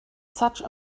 such